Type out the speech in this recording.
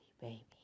baby